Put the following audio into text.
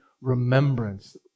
remembrance